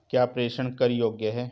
क्या प्रेषण कर योग्य हैं?